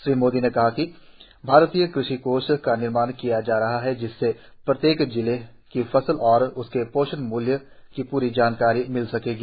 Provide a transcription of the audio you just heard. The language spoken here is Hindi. श्री मोदी ने कहा कि भारतीय कृषि कोष का निर्माण किया जा रहा है जिससे प्रत्येक जिले की फसलों और उनके पोषण मूल्य की पूरी जानकारी मिल सकेगी